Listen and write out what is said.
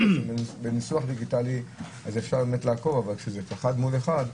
בניסוח דיגיטלי אפשר לעקוב, אבל כשזה אחד מול אחד,